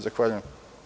Zahvaljujem.